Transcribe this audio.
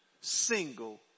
single